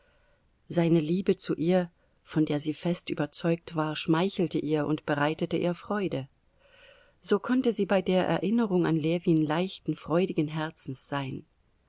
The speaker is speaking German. seine liebe zu ihr von der sie fest überzeugt war schmeichelte ihr und bereitete ihr freude so konnte sie bei der erinnerung an ljewin leichten freudigen herzens sein